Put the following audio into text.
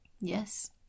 Yes